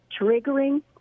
triggering